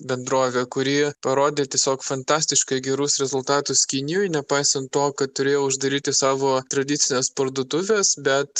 bendrovė kurie parodė tiesiog fantastiškai gerus rezultatus kinijoj nepaisant to kad turėjo uždaryti savo tradicines parduotuves bet